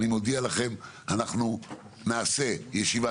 אני מודיע לכם, אנחנו נעשה ישיבה.